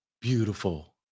Beautiful